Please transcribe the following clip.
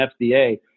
FDA